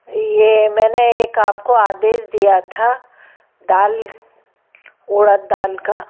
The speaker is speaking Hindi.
ये मैंने एक आप को आदेश दिया था दाल उड़द दाल का